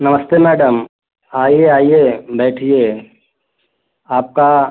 नमस्ते मैडम आइए आइए बैठिए आपका